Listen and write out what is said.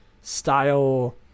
style